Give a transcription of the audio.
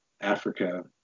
Africa